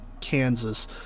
Kansas